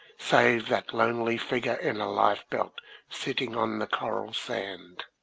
save that lonely figure in a lifebelt sitting on the coral sand.